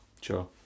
sure